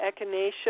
echinacea